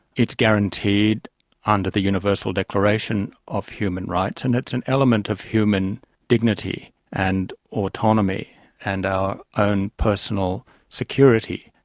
it's guaranteed under the universal declaration of human rights, and it's an element of human dignity and autonomy and our own personal security.